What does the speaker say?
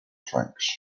tracks